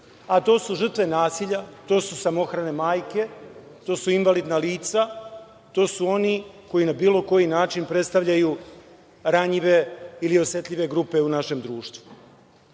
a to su žrtve nasilja, to su samohrane majke, to su invalidna lica, to su oni koji na bilo koji način predstavljaju ranjive ili osetljive grupe u našem društvu.